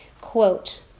Quote